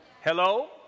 Hello